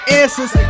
answers